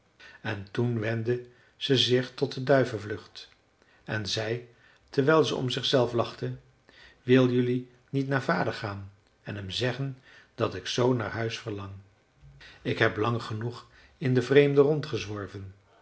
en toen wendde ze zich tot de duivenvlucht en zei terwijl ze om zichzelf lachte wil jelui niet naar vader gaan en hem zeggen dat ik zoo naar huis verlang ik heb lang genoeg in den vreemde